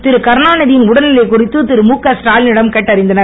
திருகருணாநிதி யின் உடல்நிலை குறித்து திருமுகஸ்டாலி னிடம் கேட்டறிந்தனர்